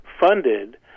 funded